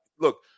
look